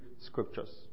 scriptures